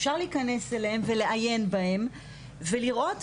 אפשר להיכנס אליהם ולעיין בהם ולראות,